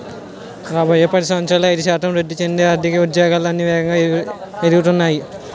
రాబోయే పది సంవత్సరాలలో ఐదు శాతం వృద్ధి చెందే ఆర్థిక ఉద్యోగాలు అన్నీ వేగంగా ఎదుగుతున్నాయి